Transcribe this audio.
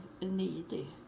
needy